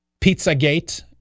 pizzagate